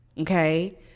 okay